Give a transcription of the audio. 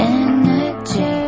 energy